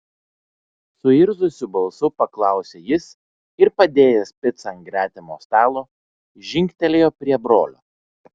suirzusiu balsu paklausė jis ir padėjęs picą ant gretimo stalo žingtelėjo prie brolio